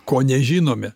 ko nežinome